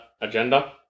agenda